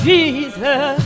Jesus